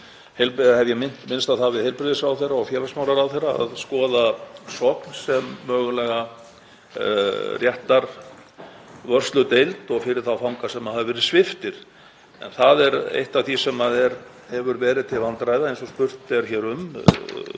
hef ég minnst á það við heilbrigðisráðherra og félagsmálaráðherra að skoða Sogn sem mögulega réttarvörsludeild fyrir þá fanga sem hafa verið sviptir. Það er eitt af því sem hefur verið til vandræða, eins og hér er spurt um,